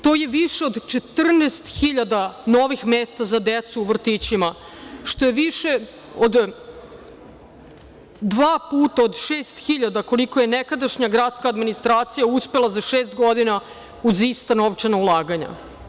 To je više od 14 hiljada novih mesta za decu u vrtićima, što je više od dva puta od 6.000 koliko je nekadašnja gradska administracija uspela za šest godina uz ista novčana ulaganja.